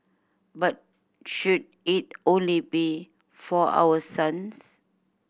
but should it only be for our sons